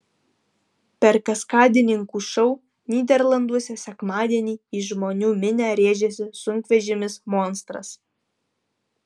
per kaskadininkų šou nyderlanduose sekmadienį į žmonų minią rėžėsi sunkvežimis monstras